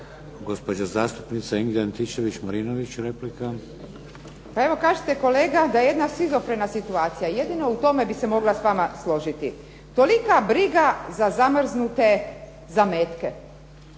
replika. **Antičević Marinović, Ingrid (SDP)** Pa evo kažete kolega da je jedna šizofrena situacija. Jedino u tome bi se mogla s vama složiti. Tolika briga za zamrznute zametke.